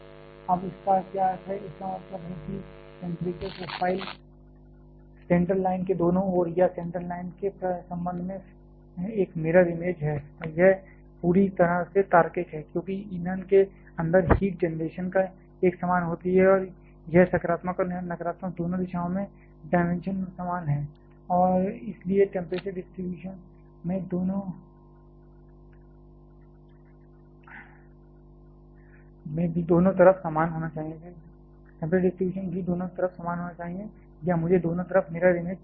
अब इसका क्या अर्थ है इसका मतलब है कि टेंपरेचर प्रोफ़ाइल सेंट्रल लाइन के दोनों ओर या सेंट्रल लाइन के संबंध में एक मिरर इमेज है और यह पूरी तरह से तार्किक है क्योंकि ईंधन के अंदर हीट जनरेशन एक समान होती है और यह सकारात्मक और नकारात्मक दोनों दिशाओं में डायमेंशन समान है और इसलिए टेंपरेचर डिस्ट्रीब्यूशन भी दोनों तरफ समान होना चाहिए या मुझे दोनों तरफ मिरर इमेज कहना चाहिए